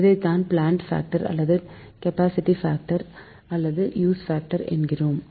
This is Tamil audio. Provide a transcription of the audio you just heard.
இதைத்தான் பிளான்ட் பாக்டர் அல்லது கப்பாசிட்டி பாக்டர் அல்லது யூஸ் பாக்டர் என்கிறோம்